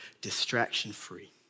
distraction-free